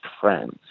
friends